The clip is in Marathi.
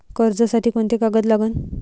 कर्जसाठी कोंते कागद लागन?